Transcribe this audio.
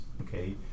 okay